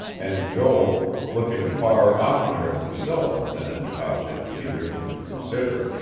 and joel, looking far oftener at priscilla than at the object she wished him to consider,